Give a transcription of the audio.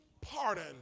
pardon